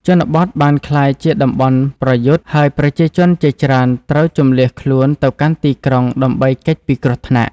ជនបទបានក្លាយជាតំបន់ប្រយុទ្ធ ហើយប្រជាជនជាច្រើនត្រូវជម្លៀសខ្លួនទៅកាន់ទីក្រុងដើម្បីគេចពីគ្រោះថ្នាក់។